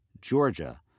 Georgia